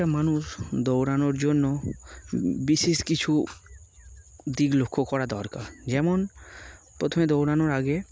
একটা মানুষ দৌড়ানোর জন্য বিশেষ কিছু দিক লক্ষ্য করা দরকার যেমন প্রথমে দৌড়ানোর আগে